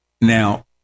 Now